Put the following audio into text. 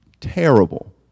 terrible